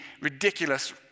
ridiculous